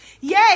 yay